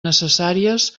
necessàries